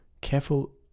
Careful